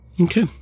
Okay